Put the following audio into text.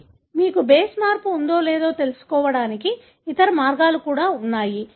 కానీ మీకు బేస్ మార్పు ఉందో లేదో తెలుసుకోవడానికి ఇతర మార్గాలు కూడా ఉన్నాయి